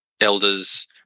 Elders